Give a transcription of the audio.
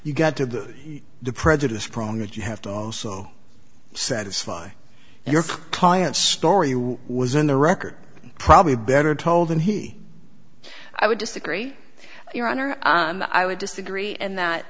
you got to the prejudice problem that you have to also satisfy your client story was in the record probably better told and he i would disagree your honor i would disagree and that